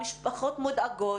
המשפחות מודאגות,